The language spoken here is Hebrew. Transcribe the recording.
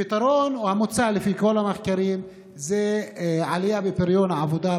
הפתרון או המוצא לפי כל המחקרים זה עלייה בפריון העבודה,